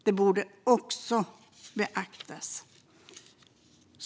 Det borde också beaktas.